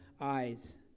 eyes